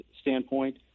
standpoint